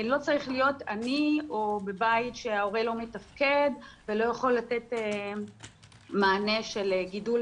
לא צריך להיות עני או בבית שההורה לא מתפקד ולא יכול לתת מענה של גידול